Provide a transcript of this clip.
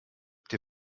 der